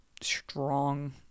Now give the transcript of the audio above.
strong